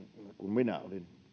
minä